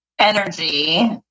Energy